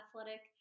athletic